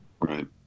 Right